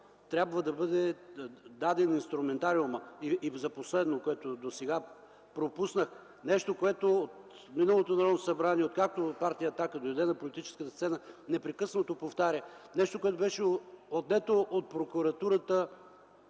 трябва да бъде даден инструментариумът. Последно – нещо, което пропуснах. Нещо, което от миналото Народно събрание, откакто Партия „Атака” дойде на политическата сцена, непрекъснато повтаря. Нещо, което беше отнето от прокуратурата